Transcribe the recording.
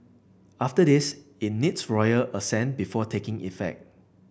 after this it needs royal assent before taking effect